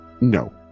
no